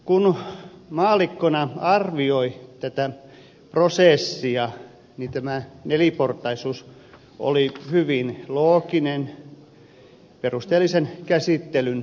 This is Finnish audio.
kun maallikkona arvioi tätä prosessia niin tämä neliportaisuus oli hyvin looginen perusteellisen käsittelyn runko